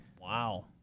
Wow